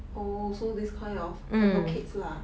oh so this kind of advocates lah